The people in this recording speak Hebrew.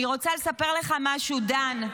אני רוצה לספר לך משהו, דן.